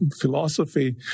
philosophy